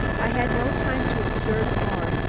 i had no time to observe more,